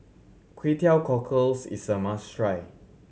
Kway Teow Cockles is a must try